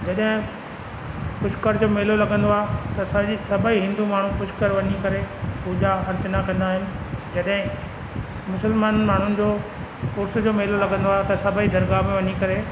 जॾहिं पुष्कर जो मेलो लॻंदो आहे त सॼी सभई हिंदू माण्हू पुष्कर वञी करे पूॼा अर्चना कंदा आहिनि जॾहिं मुसलमान माण्हुनि जो उर्स जो मेलो लॻंदो आहे त सभई दरगाह में वञी करे